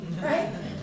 Right